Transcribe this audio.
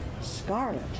scarlet